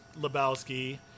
Lebowski